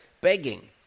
begging